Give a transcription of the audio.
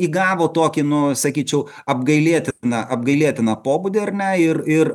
įgavo tokį nu sakyčiau apgailėtiną apgailėtiną pobūdį ar ne ir ir